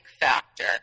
factor